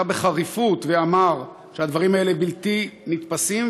בחריפות ואמר שהדברים האלה בלתי נתפסים,